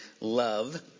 Love